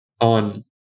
on